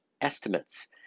estimates